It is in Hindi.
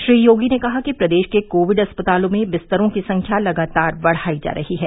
श्री योगी ने कहा कि प्रदेश के कोविड अस्पतालों में बिस्तरों की संख्या लगातार बढ़ाई जा रही है